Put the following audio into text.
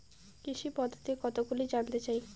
কৃষি পদ্ধতি কতগুলি জানতে চাই?